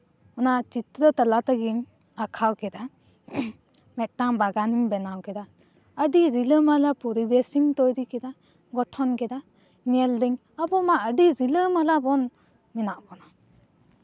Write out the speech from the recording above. ᱚᱱᱟ ᱪᱤᱛᱨᱚ ᱛᱟᱞᱟ ᱛᱮᱜᱮᱧ ᱟᱸᱠᱟᱣ ᱠᱮᱫᱟ ᱢᱤᱫᱴᱟᱝ ᱵᱟᱜᱟᱱᱤᱧ ᱵᱮᱱᱟᱣ ᱠᱮᱫᱟ ᱟᱹᱰᱤ ᱨᱤᱞᱟᱹᱢᱟᱞᱟ ᱯᱚᱨᱤᱵᱮᱥ ᱤᱧ ᱛᱳᱭᱨᱤ ᱠᱮᱫᱟ ᱜᱚᱴᱷᱚᱱ ᱠᱮᱫᱟ ᱧᱮᱞ ᱫᱟᱹᱧ ᱟᱵᱚ ᱢᱟ ᱟᱹᱰᱤ ᱨᱤᱞᱤᱢᱟᱞᱟ ᱵᱚᱱ ᱢᱮᱱᱟᱜ ᱵᱚᱱᱟ